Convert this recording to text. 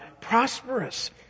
prosperous